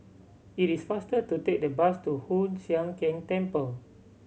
it is faster to take the bus to Hoon Sian Keng Temple